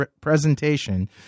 presentation